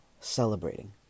celebrating